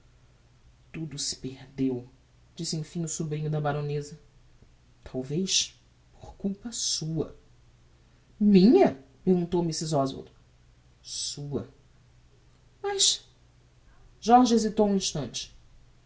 tudo se perdeu disse emfim o sobrinho da baroneza talvez por culpa sua minha perguntou mrs oswald sua mas jorge hesitou um instante